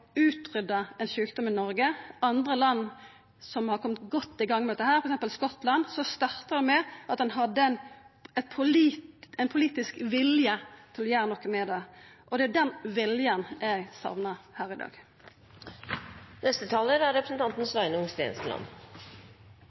ein sjukdom i Noreg. I andre land som har kome godt i gang med dette, f.eks. Skottland, starta ein med ein politisk vilje til å gjera noko med det, og det er den viljen eg saknar her i dag. Når en ikke stemmer for en handlingsplan, viser en ikke politisk vilje – slik er